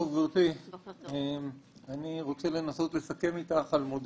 אנחנו נמצאים בהידברות איתם על הנושא הזה.